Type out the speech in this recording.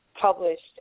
published